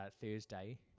Thursday